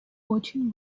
очень